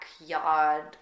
backyard